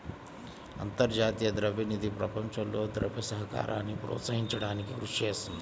అంతర్జాతీయ ద్రవ్య నిధి ప్రపంచంలో ద్రవ్య సహకారాన్ని ప్రోత్సహించడానికి కృషి చేస్తుంది